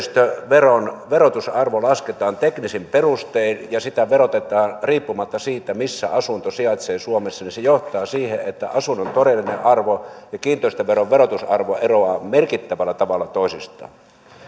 olla aivan kohdallaan kiinteistöveron verotusarvo lasketaan teknisin perustein ja kiinteistöä verotetaan riippumatta siitä missä asunto sijaitsee suomessa se johtaa siihen että asunnon todellinen arvo ja kiinteistöveron verotusarvo eroavat merkittävällä tavalla toisistaan